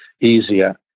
easier